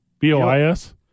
B-O-I-S